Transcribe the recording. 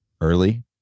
early